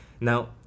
Now